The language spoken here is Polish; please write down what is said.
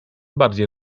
bardziej